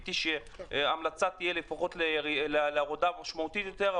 ציפיתי שההמלצה תהיה להורדה משמעותית ביותר.